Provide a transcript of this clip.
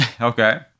okay